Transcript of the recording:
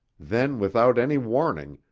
then without any warning,